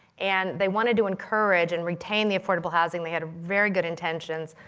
and they wanted to encourage and retain the affordable housing. they had very good intentions.